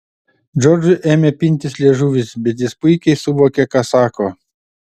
džordžui ėmė pintis liežuvis bet jis puikiai suvokė ką sako